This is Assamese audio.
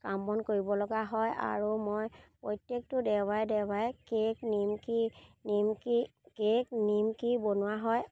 কাম বন কৰিবলগা হয় আৰু মই প্ৰত্যেকটো দেওবাৰে দেওবাৰে কেক নিমকি নিমকি কেক নিমকি বনোৱা হয়